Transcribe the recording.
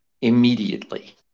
immediately